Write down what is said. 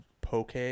poke